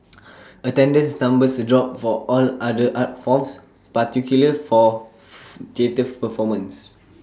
attendance numbers dropped for all other art forms particularly for theatre performances